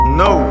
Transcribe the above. no